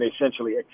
essentially